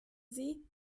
sie